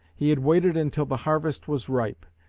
he had waited until the harvest was ripe.